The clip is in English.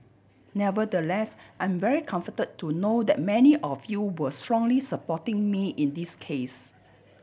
nevertheless I am very comforted to know that many of you were strongly supporting me in this case